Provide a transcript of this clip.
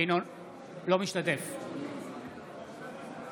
אינו משתתף בהצבעה